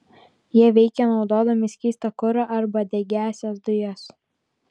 jie veikia naudodami skystą kurą arba degiąsias dujas